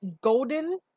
golden